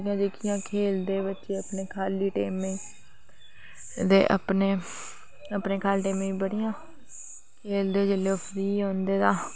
इयां किश खेलदे बच्चे अपने खाली टेंम च दे अपने खाली टेमं च बडियां खेलदे जेहले ओह् फ्री होंदे ता